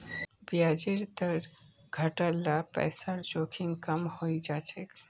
ब्याजेर दर घट ल पैसार जोखिम कम हइ जा छेक